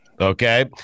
Okay